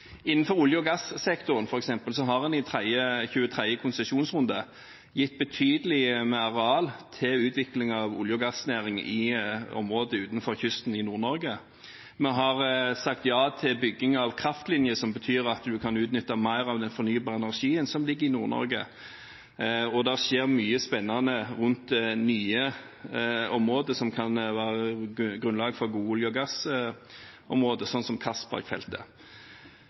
Innenfor olje- og gassektoren, f.eks., har en i 23. konsesjonsrunde gitt betydelig mer valg med hensyn til utvikling av olje- og gassnæring i området utenfor kysten i Nord-Norge. Vi har sagt ja til bygging av kraftlinje, som betyr at en kan utnytte mer av den fornybare energien som ligger i Nord-Norge, og det skjer mye spennende rundt nye områder, som kan være grunnlag for gode olje- og gassområder, slik som